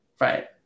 Right